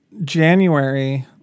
January